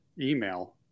email